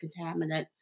contaminant